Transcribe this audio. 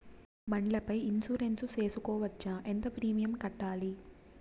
బండ్ల పై ఇన్సూరెన్సు సేసుకోవచ్చా? ఎంత ప్రీమియం కట్టాలి?